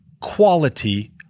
quality